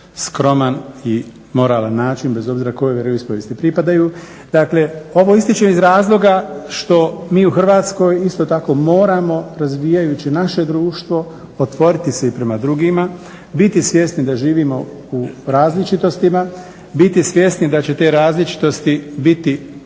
skroman i moralan način bez obzira kojoj vjeroispovijesti pripadaju. Dakle ovo ističem iz razloga što mi u Hrvatskoj isto tako moramo razvijajući naše društvo otvoriti se i prema drugima, biti svjesni da živimo u različitostima, biti svjesni da će te različitosti biti